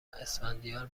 اسفندیار